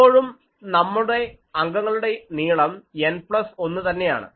ഇപ്പോഴും നമ്മുടെ അംഗങ്ങളുടെ നീളം N പ്ലസ് 1 തന്നെയാണ്